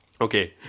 Okay